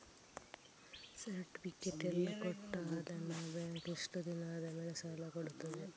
Certificate ಎಲ್ಲಾ ಕೊಟ್ಟು ಆದಮೇಲೆ ಬ್ಯಾಂಕ್ ಎಷ್ಟು ದಿನ ಆದಮೇಲೆ ಸಾಲ ಕೊಡ್ತದೆ?